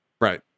Right